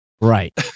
Right